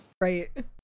Right